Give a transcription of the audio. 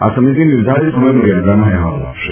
આ સમિતિ નિર્ધારીત સમયમર્થાદામાં અહેવાલ આપશે